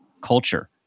culture